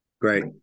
great